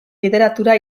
literatura